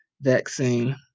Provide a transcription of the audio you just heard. vaccine